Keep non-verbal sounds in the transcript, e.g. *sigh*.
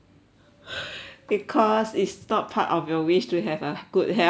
*noise* because it's not part of your wish to have a good health